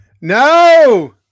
No